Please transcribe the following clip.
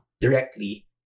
directly